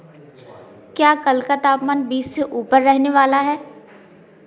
क्या कल का तापमान बीस से ऊपर रेहने वाला है